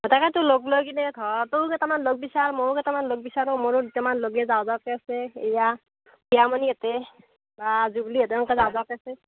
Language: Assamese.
তাকেতো লগ লৈ কিনে ঘৰ তয়ো কেইটামান লগ বিচাৰ ময়ো কেইটামান লগ বিচাৰোঁ মোৰো দুটামান লগ যাওঁ যাওঁকে আছে হীৰা হীৰামণি আছে বা জুবলিহঁতে যাওঁ যাওঁকে আছে